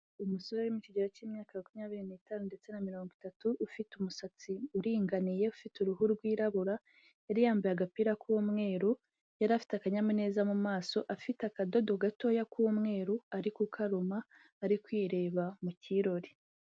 Umusore uri mu kigero cy'imyaka makumyabiri n'itanu ndetse na mirongo itatu, ufite umusatsi uringaniye ufite uruhu rwirabura, yari yambaye agapira k'umweru, yari afite akanyamuneza mu maso, afite akadodo gatoya k'umweru ari kukaruma ari kwireba mu kirori.